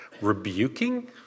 Rebuking